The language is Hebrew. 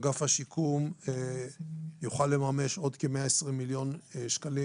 אגף השיקום יוכל לממש עוד כ-120 מיליון שקלים